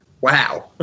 Wow